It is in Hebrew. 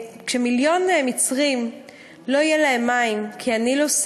כשמיליון מצרים לא יהיו להם מים כי המים